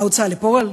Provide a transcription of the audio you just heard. ההוצאה לפועל,